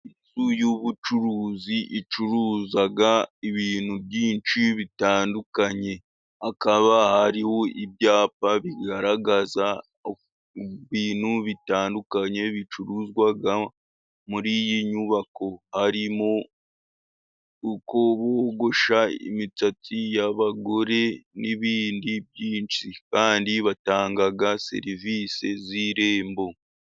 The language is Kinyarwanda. Inzu y'ubucuruzi icuruza ibintu byinshi bitandukanye hakaba hariho ibyapa bigaragaza ibintu bitandukanye bicuruzwa muri iyi nyubako. Harimo uko bogosha imisatsi y'abagore n'ibindi byinshi kandi batanga serivisi z'irembo.